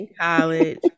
college